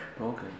Okay